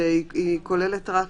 שכוללת רק